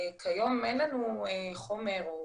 כיום אין לנו חומר או